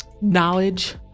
knowledge